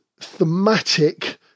thematic